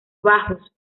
bajos